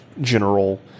general